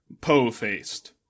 Poe-faced